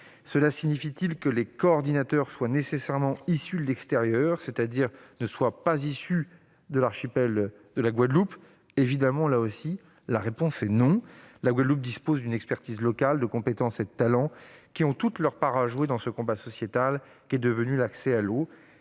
Cela signifie-t-il que les coordinateurs doivent nécessairement être issus de l'extérieur, c'est-à-dire ne pas être issus de la Guadeloupe ? Évidemment non. La Guadeloupe dispose d'une expertise locale, de compétences et de talents qui ont tout leur rôle à jouer dans ce combat sociétal qu'est devenu l'accès à l'eau.